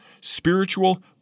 spiritual